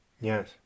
yes